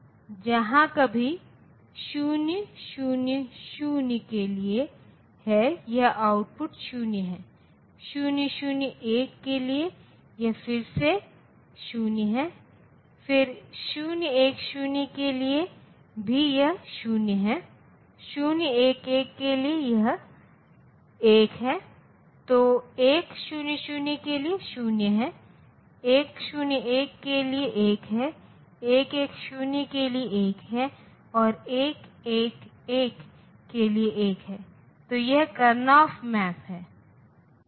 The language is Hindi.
अब जहां कभी 0 0 0 के लिए है यह आउटपुट 0 है 0 0 1 के लिए यह फिर से 0 है फिर 0 1 0 के लिए भी यह 0 है 0 1 1 के लिए 1 है तो 1 0 0 के लिए 0 है 1 0 1 के लिए 1 है 1 1 0 के लिए 1 है और 1 1 1 के लिए 1 है तो यह करएनफ मैप है